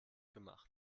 gemacht